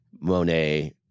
Monet